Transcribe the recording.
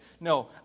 No